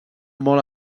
molt